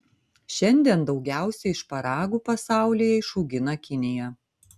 šiandien daugiausiai šparagų pasaulyje išaugina kinija